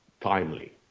timely